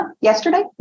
Yesterday